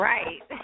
Right